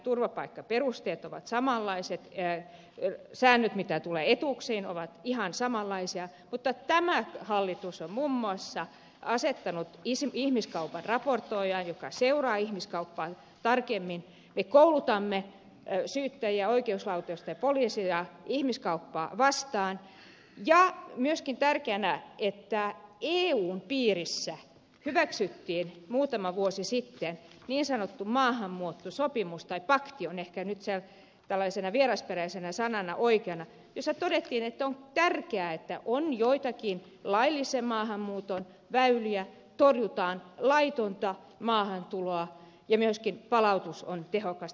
turvapaikkaperusteet ovat samanlaiset säännöt mitä tulee etuuksiin ovat ihan samanlaisia mutta tämä hallitus on muun muassa asettanut ihmiskaupan raportoijan joka seuraa ihmiskauppaa tarkemmin me koulutamme syyttäjiä ja oikeuslaitosta ja poliisia ihmiskauppaa vastaan ja myöskin tärkeänä asiana eun piirissä hyväksyttiin muutama vuosi sitten niin sanottu maahanmuuttosopimus tai pakti on ehkä nyt tällaisena vierasperäisenä sanana oikea jossa todettiin että on tärkeää että on joitakin laillisen maahanmuuton väyliä torjutaan laitonta maahantuloa ja myöskin palautus on tehokasta